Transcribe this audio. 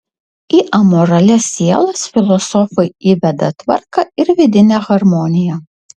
į amoralias sielas filosofai įveda tvarką ir vidinę harmoniją